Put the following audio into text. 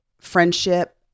friendship